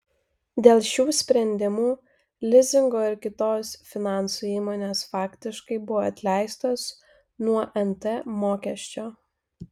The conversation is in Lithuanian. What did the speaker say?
dėl šių sprendimų lizingo ir kitos finansų įmonės faktiškai buvo atleistos nuo nt mokesčio